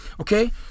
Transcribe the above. okay